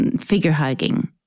figure-hugging